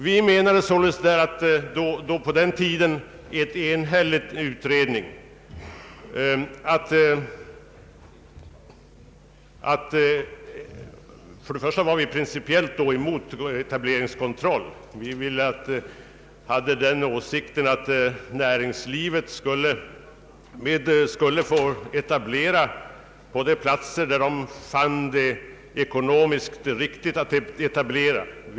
Vi var 1953 i en enhällig utredning principiellt emot en etableringskontroll. Vi hade den åsikten att näringslivet skulle få etablera på de platser där det fann det ekonomiskt riktigt att etablera sig.